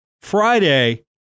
Friday